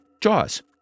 Jaws